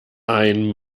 ein